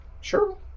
Sure